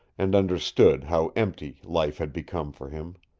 and understood how empty life had become for him.